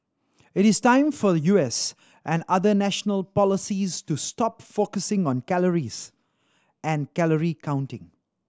it is time for U S and other national policies to stop focusing on calories and calorie counting